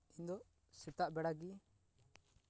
ᱥᱮᱛᱟᱜ ᱵᱮᱲᱟᱜᱮ